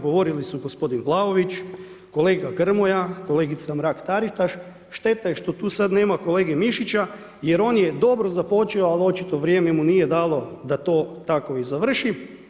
Govorili su gospodin Vlaović, kolega Grmoja, kolegica Mrak-Taritaš, šteta je što tu sad nema kolege Mišića jer on je dobro započeo, ali očito vrijeme mu nije dalo da to tako i završi.